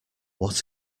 what